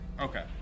Okay